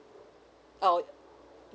or